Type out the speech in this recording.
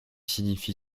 signifie